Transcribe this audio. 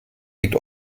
liegt